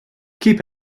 keep